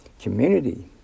community